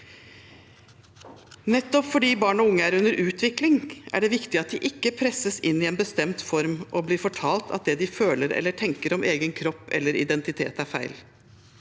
Nettopp fordi barn og unge er under utvikling, er det viktig at de ikke presses inn i en bestemt form og blir fortalt at det de føler eller tenker om egen kropp eller identitet, er feil.